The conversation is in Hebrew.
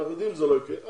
אבל אם כן,